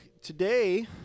today